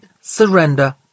surrender